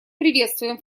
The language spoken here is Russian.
приветствуем